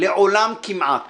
לעולם כמעט